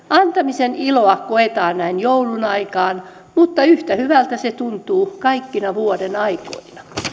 antamisen iloa koetaan näin joulun aikaan mutta yhtä hyvältä se tuntuu kaikkina vuodenaikoina